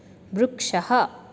वृक्षः